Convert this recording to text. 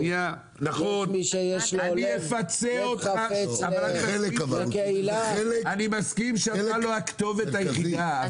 מי שיש לו לב חפץ לקהילה --- אני מסכים שאתה לא הכתובת היחידה,